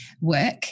work